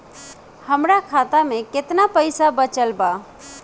हमरा खाता मे केतना पईसा बचल बा?